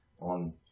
on